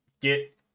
get